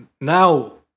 Now